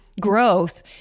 growth